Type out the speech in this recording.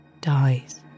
dies